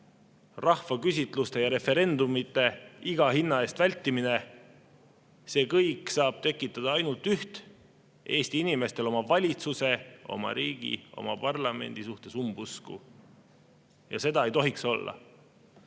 rahvaküsitluste ja referendumite iga hinna eest vältimine. See kõik saab tekitada ainult üht: Eesti inimestes oma valitsuse, oma riigi, oma parlamendi suhtes umbusku. Ja seda ei tohiks olla.